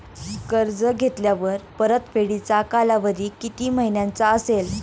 कर्ज घेतल्यावर परतफेडीचा कालावधी किती महिन्यांचा असेल?